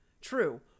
True